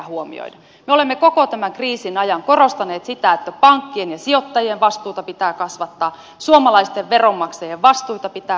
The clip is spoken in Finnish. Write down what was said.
me olemme koko tämän kriisin ajan korostaneet sitä että pankkien ja sijoittajien vastuuta pitää kasvattaa suomalaisten veronmaksajien vastuita pitää rajata